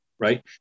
right